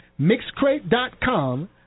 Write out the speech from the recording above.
mixcrate.com